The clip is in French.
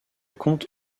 compte